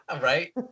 right